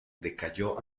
decayó